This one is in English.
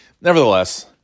Nevertheless